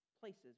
places